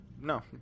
no